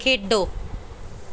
ਖੇਡੋ